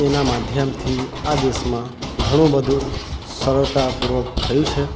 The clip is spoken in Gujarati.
એના માધ્યમથી આ દેશમાં ઘણું બધું સરળતા પૂર્વક થયું છે